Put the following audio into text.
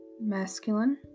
masculine